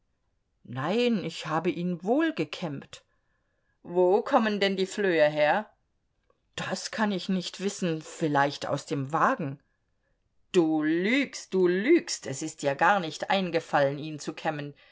nein ich habe ihn wohl gekämmt wo kommen denn die flöhe her das kann ich nicht wissen vielleicht aus dem wagen du lügst du lügst es ist dir gar nicht eingefallen ihn zu kämmen